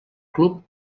club